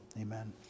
Amen